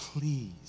please